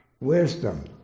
wisdom